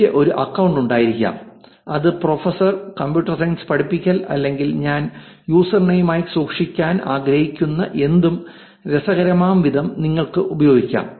എനിക്ക് ഒരു അക്കൌണ്ട് ഉണ്ടായിരിക്കാം അത് പ്രൊഫസർ കമ്പ്യൂട്ടർ സയൻസ് പഠിപ്പിക്കൽ അല്ലെങ്കിൽ ഞാൻ യൂസർനെയിം ആയി സൂക്ഷിക്കാൻ ആഗ്രഹിക്കുന്ന എന്തും രസകരമാംവിധം നിങ്ങൾക്ക് ഉപയോഗിക്കാം